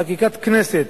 חקיקת כנסת,